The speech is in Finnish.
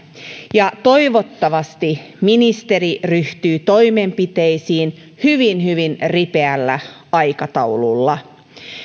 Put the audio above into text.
ja toivottavasti ministeri ryhtyy toimenpiteisiin hyvin hyvin ripeällä aikataululla